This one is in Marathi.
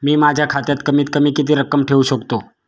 मी माझ्या खात्यात कमीत कमी किती रक्कम ठेऊ शकतो?